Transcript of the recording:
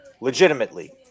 Legitimately